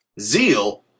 Zeal